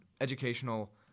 educational